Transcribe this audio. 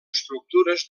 estructures